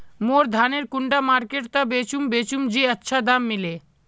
मोर धानेर कुंडा मार्केट त बेचुम बेचुम जे अच्छा दाम मिले?